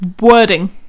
Wording